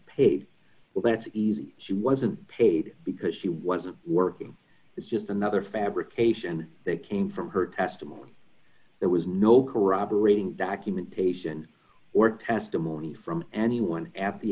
paid well that's easy she wasn't paid because she wasn't working it's just another fabrication that came from her testimony there was no corroborating documentation or testimony from anyone at the